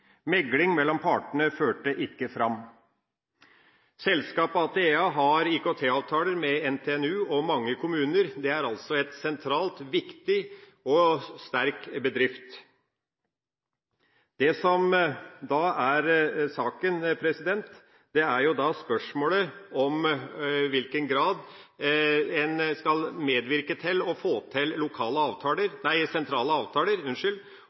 Megling mellom partene førte ikke fram. Selskapet Atea har IKT-avtaler med NTNU og mange kommuner. Det er altså en sentral, viktig og sterk bedrift. Det som er saken, er spørsmålet om i hvilken grad en skal medvirke til å få til sentrale avtaler,